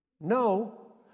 No